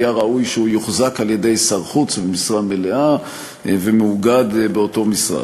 היה ראוי שהוא יוחזק על-ידי שר חוץ במשרה מלאה ומאוגד באותו משרד,